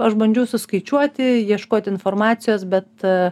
aš bandžiau suskaičiuoti ieškoti informacijos bet